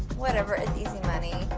whatever, it's easy money.